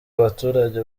abaturage